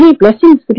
blessings